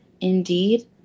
Indeed